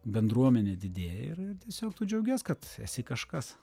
bendruomenė didėja ir ir tiesiog tu džiaugies kad esi kažkas